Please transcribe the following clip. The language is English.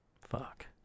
Fuck